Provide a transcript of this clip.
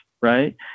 right